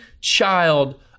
child